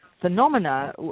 Phenomena